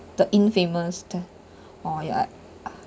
the infamous tat~ or ya